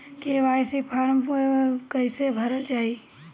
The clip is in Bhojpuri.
के.वाइ.सी फार्म कइसे भरल जाइ?